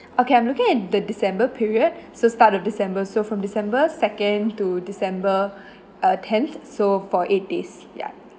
okay I'm looking at the december period so start of december so from december second to december uh tenth so for eight days ya